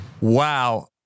Wow